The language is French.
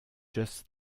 just